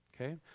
Okay